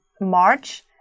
March